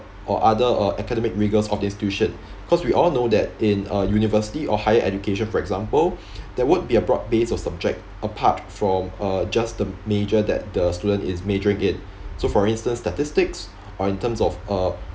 or other uh academic rigours of the institution cause we all know that in uh university or higher education for example that would be a broad base of subject apart from uh just the major that the student is majoring in so for instance statistics are in terms of uh